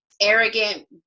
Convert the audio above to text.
arrogant